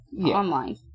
online